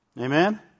Amen